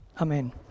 Amen